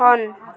on